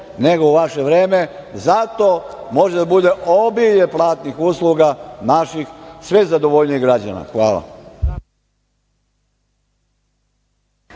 nego u vaše vreme. Zato može da bude obilje platinih usluga naših sve zadovoljnijih građana. Hvala.(Peđa